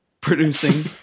producing